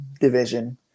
division